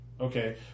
Okay